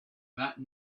that